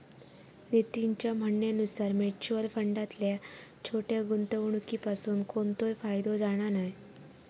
नितीनच्या म्हणण्यानुसार मुच्युअल फंडातल्या छोट्या गुंवणुकीपासून कोणतोय फायदो जाणा नाय